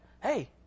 Hey